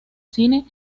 cine